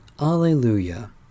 Alleluia